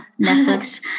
Netflix